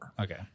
Okay